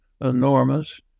enormous